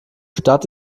stadt